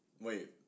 Wait